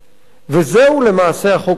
וזהו למעשה החוק החדש.